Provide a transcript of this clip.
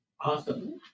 Awesome